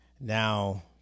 now